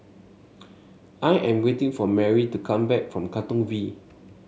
I am waiting for Merry to come back from Katong V